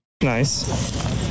Nice